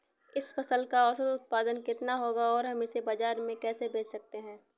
इस फसल का औसत उत्पादन कितना होगा और हम इसे बाजार में कैसे बेच सकते हैं?